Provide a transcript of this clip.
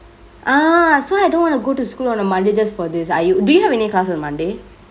ah so I don't want to go to school on a monday just for this are you do you have any class on monday